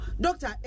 Doctor